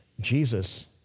Jesus